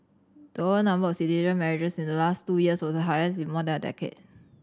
the overall number of citizen marriages in the last two years was the highest in more than a decade